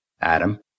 Adam